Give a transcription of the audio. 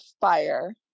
fire